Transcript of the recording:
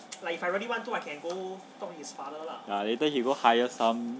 ya later he got hire some